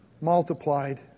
multiplied